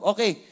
Okay